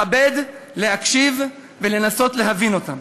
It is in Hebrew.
לכבד, להקשיב ולנסות להבין אותם.